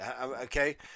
okay